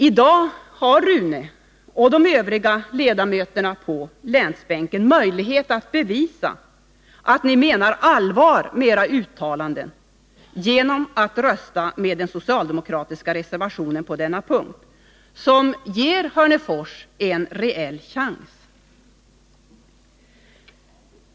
I dag har Rune Ångström, och de övriga ledamöterna på länsbänken, möjlighet att bevisa att de menar allvar med sina uttalanden genom att på denna punkt rösta på den socialdemokratiska reservationen, som ger Hörnefors en reell chans.